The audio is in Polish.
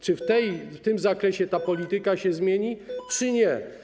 Czy w tym zakresie ta polityka się zmieni czy nie?